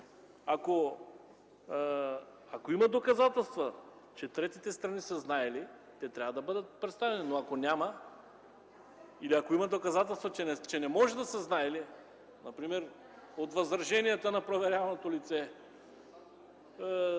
Ако има доказателства, че третите страни са знаели, те трябва да бъдат представени. Ако няма или има доказателства, че не може да са знаели, например възраженията на проверяваното лице,